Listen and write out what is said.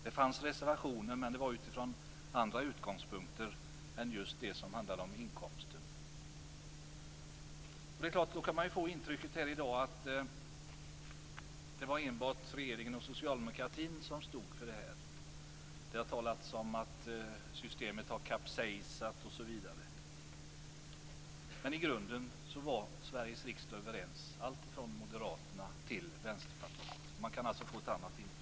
Det fanns reservationer, men det var utifrån andra utgångspunkter än just det som handlade om inkomsten. Då kan man få intrycket här i dag att det enbart var regeringen och socialdemokratin som stod för det här. Det har talats om att systemet har kapsejsat, osv. Men i grunden var Sveriges riksdag överens, alltifrån Moderaterna till Vänsterpartiet. Man kan alltså få ett annat intryck.